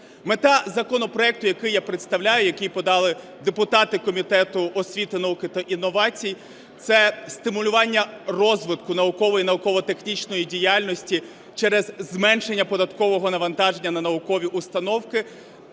Мета законопроекту, який я представляю, який подали депутати Комітету освіти, науки та інновацій – це стимулювання розвитку наукової і науково-технічної діяльності через зменшення податкового навантаження на наукові установи.